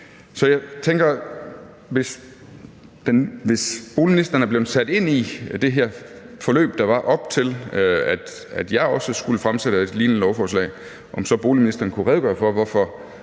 Så jeg tænker, om boligministeren, hvis han er blevet sat ind i det her forløb, der var, op til at jeg skulle fremsætte et lignende lovforslag, kunne redegøre for, hvorfor